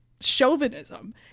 chauvinism